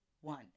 one